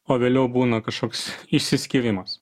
o vėliau būna kažkoks išsiskyrimas